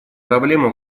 проблемы